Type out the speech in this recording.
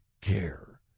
care